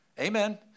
Amen